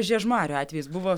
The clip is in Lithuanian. žiežmarių atvejis buvo